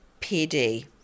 PD